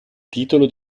titolo